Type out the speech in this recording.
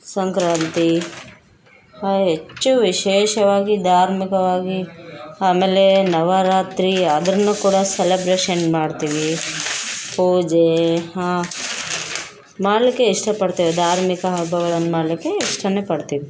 ಸಂಕ್ರಾಂತಿ ಹೆಚ್ಚು ವಿಶೇಷವಾಗಿ ಧಾರ್ಮಿಕವಾಗಿ ಆಮೇಲೆ ನವರಾತ್ರಿ ಅದನ್ನು ಕೂಡ ಸೆಲೆಬ್ರೆಷನ್ ಮಾಡ್ತೀವಿ ಪೂಜೆ ಹ ಮಾಡಲಿಕ್ಕೆ ಇಷ್ಟಪಡ್ತೇವೆ ಧಾರ್ಮಿಕ ಹಬ್ಬಗಳನ್ನ ಮಾಡ್ಲಿಕ್ಕೆ ಇಷ್ಟನೇ ಪಡ್ತೀವಿ